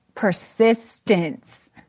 persistence